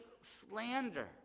slander